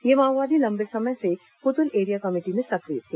ये माओवादी लम्बे समय से कुतुल एरिया कमेटी में सक्रिय थे